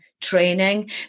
training